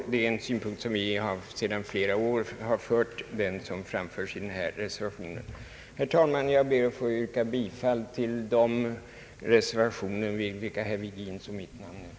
anslag till bostadsbyggande m.m. reservation är en synpunkt som vi anfört i flera år. Herr talman! Jag ber att få yrka bifall till de reservationer vid vilka herr Virgins och mitt namn står.